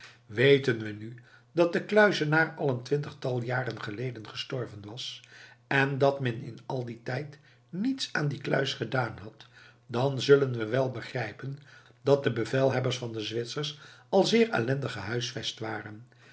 weten we nu dat de kluizenaar al een twintigtal jaren geleden gestorven was en dat men in al dien tijd niets aan die kluis gedaan had dan zullen we wel begrijpen dat de bevelhebbers van de zwitsers al zeer ellendig gehuisvest waren